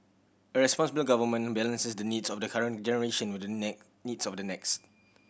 a responsible government balances the needs of the current generation with the needs of the next